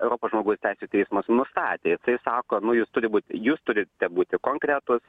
europos žmogaus teisių teismas nustatė jisai sako nu jūs turi būt jūs turite būti konkretūs